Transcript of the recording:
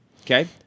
Okay